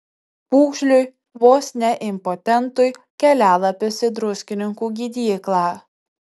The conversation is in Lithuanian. pūgžliui vos ne impotentui kelialapis į druskininkų gydyklą